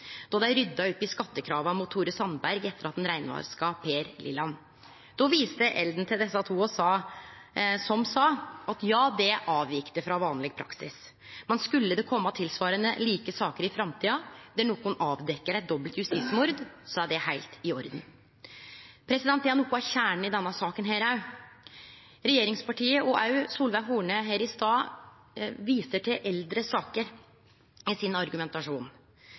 då dei rydda opp i skattekrava mot Tore Sandberg etter at han reinvaska Per Liland. Då viste Elden til desse to som sa at ja, det avveik frå vanleg praksis, men skulle det kome tilsvarande, like saker i framtida, der nokon avdekkjer eit dobbelt justismord, er det heilt i orden. Det er noko av kjernen i denne saka òg. Regjeringspartia, og òg Solveig Horne her i stad, viste til eldre saker i sin argumentasjon.